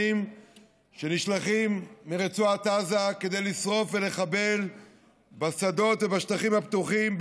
שנשלחים מרצועת עזה כדי לשרוף ולחבל בשדות ובשטחים הפתוחים,